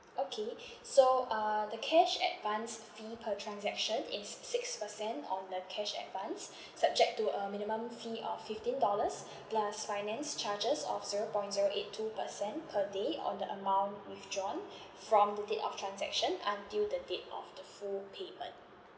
okay so uh the cash advance fee per transaction is six percent on the cash advance subject to a minimum fee of fifteen dollars plus finance charges of zero point zero eight two percent per day on the amount withdrawn from the date of transaction until the date of the full payment